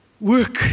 work